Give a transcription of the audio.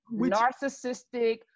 narcissistic